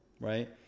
right